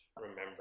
remember